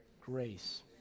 grace